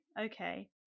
okay